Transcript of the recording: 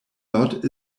lot